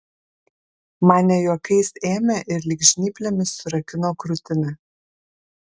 man ne juokais ėmė ir lyg žnyplėmis surakino krūtinę